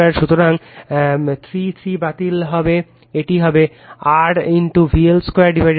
সুতরাং 3 3 বাতিল হবে এটি হবে R VL 2 VL 2